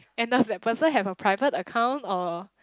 and does that person have a private account or